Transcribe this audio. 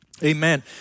Amen